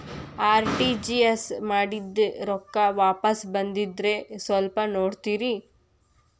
RTGS ಮಾಡಿದ್ದೆ ರೊಕ್ಕ ವಾಪಸ್ ಬಂದದ್ರಿ ಸ್ವಲ್ಪ ನೋಡ್ತೇರ?